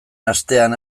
astean